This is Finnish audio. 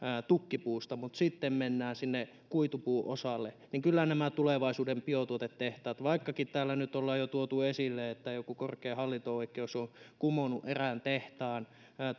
tukkipuusta mutta sitten kun mennään sinne kuitupuuosalle niin kyllä minä uskon että tähän maahan löytyy vielä tulevaisuutta myös biotuotetehtaitten osalta vaikkakin täällä nyt ollaan jo tuotu esille että joku korkea hallinto oikeus on kumonnut erään tehtaan